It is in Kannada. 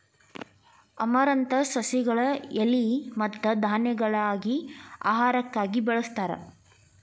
ಅಮರಂತಸ್ ಸಸಿಗಳ ಎಲಿ ಮತ್ತ ಧಾನ್ಯಗಳಾಗಿ ಆಹಾರಕ್ಕಾಗಿ ಬಳಸ್ತಾರ